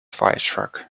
firetruck